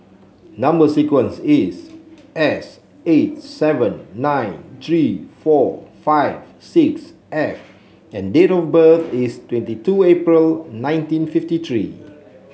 number sequence is S eight seven nine three four five six F and date of birth is twenty two April nineteen fifty three